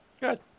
Good